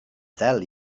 ddel